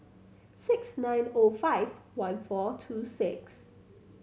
six nine O five one four two six